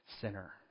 sinner